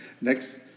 next